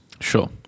sure